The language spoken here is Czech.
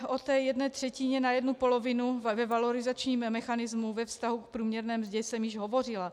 O té jedné třetině na jednu polovinu ve valorizačním mechanismu, ve vztahu k průměrné mzdě jsem již hovořila.